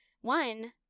One